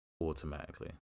automatically